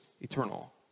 eternal